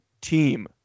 team